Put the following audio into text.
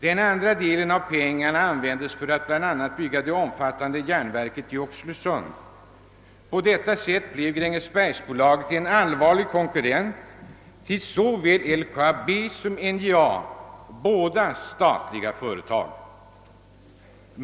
Den andra delen av pengarna användes bl.a. för att bygga det stora järnverket i Oxelösund. På detta sätt blev Grängesbergsbolaget en allvarlig konkurrent till såväl LKAB som NJA, båda statliga företag.